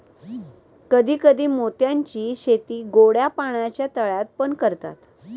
कधी कधी मोत्यांची शेती गोड्या पाण्याच्या तळ्यात पण करतात